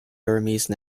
burmese